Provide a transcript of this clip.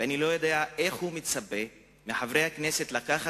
ואני לא יודע איך הוא מצפה מחברי הכנסת לקחת